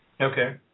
Okay